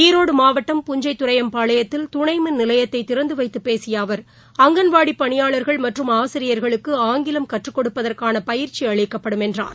ஈரோடுமாவட்டம் புஞ்சைதுரையம்பாளையத்தில் துணைமின் நிலையத்தைதிறந்துவைத்துபேசியஅவர் அங்கன்வாடிபணியாளர்கள் ஆசிரியர்களுக்கு மற்றும் ஆங்கிலம் கற்றுக்கொடுப்பதற்கானபயிற்சிஅளிக்கப்படும் என்றார்